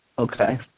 Okay